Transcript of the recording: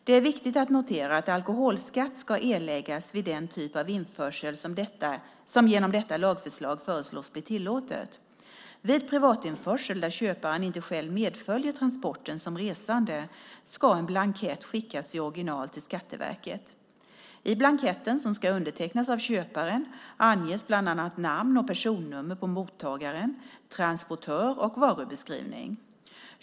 Det är viktigt att notera att alkoholskatt ska erläggas vid den typ av införsel som genom detta lagförslag föreslås bli tillåten. Vid privatinförsel där köparen inte själv medföljer transporten som resande ska en blankett skickas i original till Skatteverket. I blanketten, som ska undertecknas av köparen, anges bland annat namn och personnummer på mottagaren, transportör och varubeskrivning.